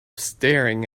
staring